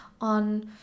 on